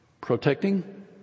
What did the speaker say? protecting